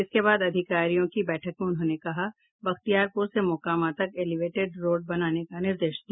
इसके बाद अधिकारियों की बैठक में उन्होंने बख्तियारपुर से मोकामा तक एलिवेटेड रोड बनाने का निर्देश दिया